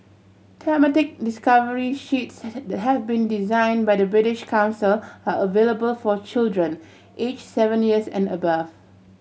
thematic discovery sheets it's that has been design by the British Council are available for children age seven years and above